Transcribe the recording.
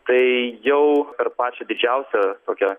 tai jau per pačią didžiausią tokią